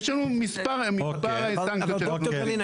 יש לנו מספר --- אבל דוקטור גלין,